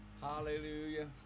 hallelujah